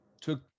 took